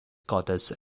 goddess